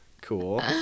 Cool